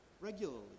regularly